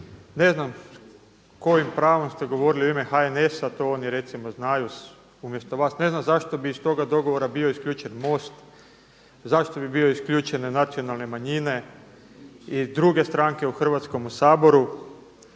Ne znam kojim pravom ste govorili u ime HNS-a. To oni recimo znaju umjesto vas. Ne znam zašto bi iz toga dogovora bio isključen Most. Zašto bi bile isključene nacionalne manjine i druge stranke u Hrvatskom saboru?